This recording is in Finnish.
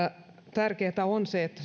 tärkeätä on se että